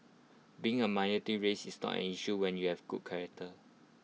being A race is not an issue when you have good character